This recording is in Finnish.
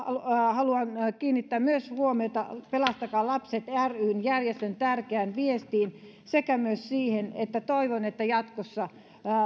haluan kiinnittää myös huomiota pelastakaa lapset ry järjestön tärkeään viestiin sekä myös siihen että toivon että jatkossa